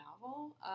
novel